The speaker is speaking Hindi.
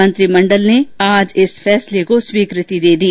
मंत्रिमंडल ने आज इस फैसले को स्वीकृति दे दी